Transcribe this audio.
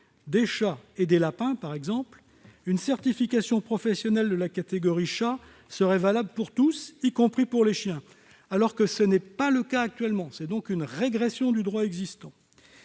des chats et des lapins, par exemple, une certification professionnelle de la catégorie « chats » serait valable pour tous, y compris pour les chiens, alors que ce n'est pas le cas actuellement. Il s'agit donc d'une régression du droit existant.